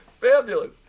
Fabulous